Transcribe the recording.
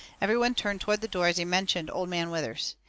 every one turned toward the door as he mentioned old man withers.